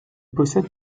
possède